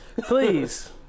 Please